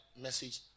message